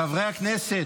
חברי הכנסת,